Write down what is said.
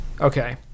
Okay